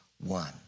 one